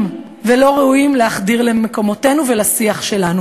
ולא ראויים להחדיר למקומותינו ולשיח שלנו.